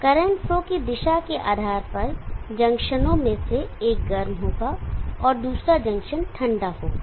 current flow की दिशा के आधार पर जंक्शनों में से एक गर्म होगा और दूसरा जंक्शन ठंडा होगा